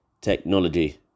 technology